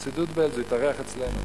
בחסידות בעלז, הוא התארח אצלנו.